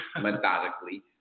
methodically